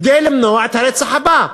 כדי למנוע את הרצח הבא.